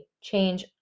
change